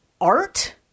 art